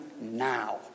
now